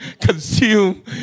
consume